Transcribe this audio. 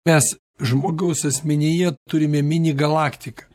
mes žmogaus asmenyje turime mini galaktiką